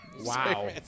wow